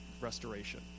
restoration